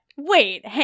Wait